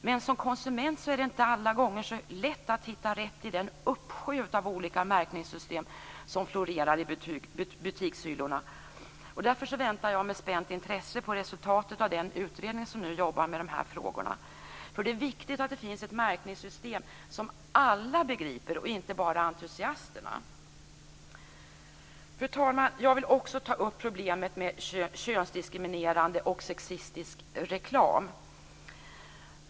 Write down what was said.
Men som konsument är det inte alla gånger så lätt att hitta rätt i den uppsjö av olika märkningssystem som florerar i butikshyllorna. Därför väntar jag med spänt intresse på resultatet av den utredning som nu jobbar med dessa frågor. Det är viktigt att det finns ett märkningssystem som alla, och inte bara entusiasterna, begriper. Fru talman! Jag vill också ta upp problemet med könsdiskriminerande och sexistisk reklam.